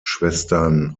schwestern